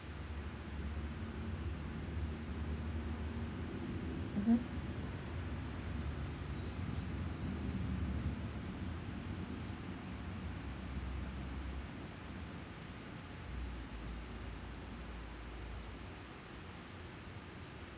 mmhmm